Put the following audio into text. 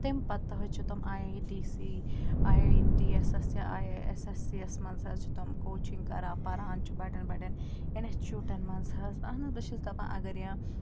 تمہِ پَتہٕ تہ حظ چھِ تم آی آی ٹی سی آی آی ٹی ایٚسَس یا I I S S C یَس منٛز حظ چھِ تم کوچِنٛگ کَران پَران چھِ بَڑیٚن بَڑیٚن اِنسچوٗٹَن منٛز حظ اہن حظ بہٕ چھَس دَپان اَگر یہِ